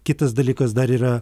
kitas dalykas dar yra